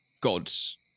gods